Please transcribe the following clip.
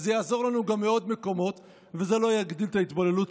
זה יעזור לנו בעוד מקומות וזה לא יגדיל את ההתבוללות.